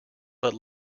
but